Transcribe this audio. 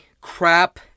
crap